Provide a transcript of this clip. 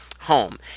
home